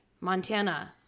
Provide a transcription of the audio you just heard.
Montana